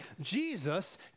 Jesus